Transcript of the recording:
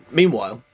Meanwhile